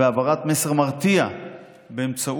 והעברת מסר מרתיע באמצעות